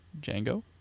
Django